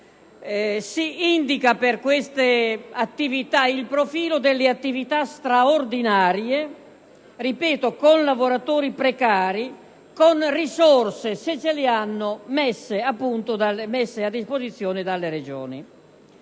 Si indica per queste attività il profilo delle attività straordinarie - ripeto - con lavoratori precari, con risorse messe a disposizione dalle Regioni,